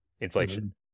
inflation